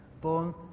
born